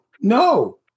no